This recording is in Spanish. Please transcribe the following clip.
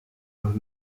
los